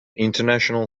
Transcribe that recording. international